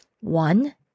one